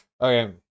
Okay